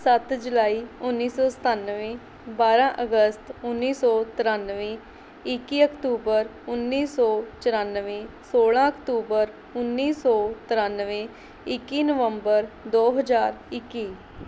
ਸੱਤ ਜੁਲਾਈ ਉੱਨੀ ਸੌ ਸਤਾਨਵੇਂ ਬਾਰ੍ਹਾਂ ਅਗਸਤ ਉੱਨੀ ਸੌ ਤ੍ਰਿਆਨਵੇਂ ਇੱਕੀ ਅਕਤੂਬਰ ਉੱਨੀ ਸੌ ਚੁਰਾਨਵੇਂ ਸੋਲ੍ਹਾਂ ਅਕਤੂਬਰ ਉੱਨੀ ਸੌ ਤ੍ਰਿਆਨਵੇਂ ਇੱਕੀ ਨਵੰਬਰ ਦੋ ਹਜ਼ਾਰ ਇੱਕੀ